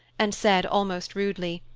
and said almost rudely,